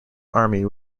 army